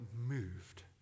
moved